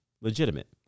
legitimate